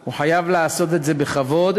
הוא חייב לעשות את זה בכבוד,